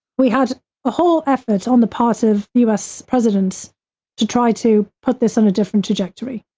we had a whole effort on the part of us presidents to try to put this on a different trajectory.